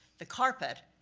the carpet,